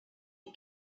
you